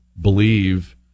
believe